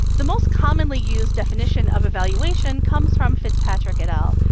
the most commonly used definition of evaluation comes from fitzpatrick et al.